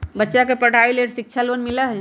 बच्चा के पढ़ाई के लेर शिक्षा लोन मिलहई?